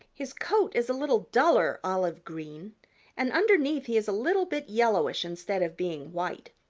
his coat is a little duller olive-green and underneath he is a little bit yellowish instead of being white.